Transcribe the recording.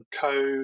code